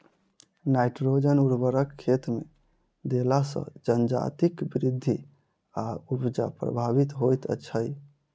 nitrogen उर्वरक खेतमे देला सॅ जजातिक वृद्धि आ उपजा प्रभावित होइत छै